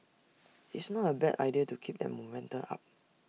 it's not A bad idea to keep that momentum up